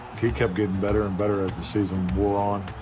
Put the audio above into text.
kept getting better and better as the season wore on.